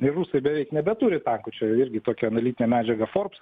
ir rusai beveik nebeturi tankų čia irgi tokią analitinę medžiagą forbes